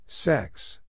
Sex